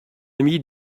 ami